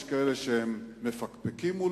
יש כאלה שאולי מפקפקים.